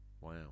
Wow